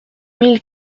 mille